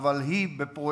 אבל היא בפרויקט,